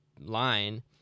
line